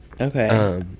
Okay